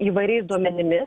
įvairiais duomenimis